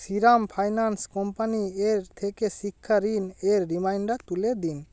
Shriram finance company এর থেকে শিক্ষা ঋণ এর রিমাইন্ডার তুলে দিন